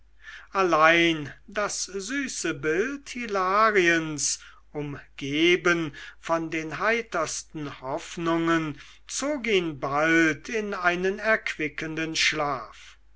allein das süße bild hilariens umgeben von den heitersten hoffnungen zog ihn bald in einen erquickenden schlaf